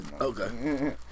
okay